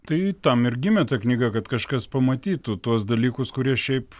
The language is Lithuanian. tai tam ir gimė ta knyga kad kažkas pamatytų tuos dalykus kurie šiaip